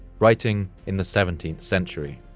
writing in the seventeenth century.